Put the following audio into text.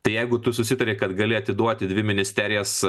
tai jeigu tu susitarei kad gali atiduoti dvi ministerijas